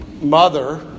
mother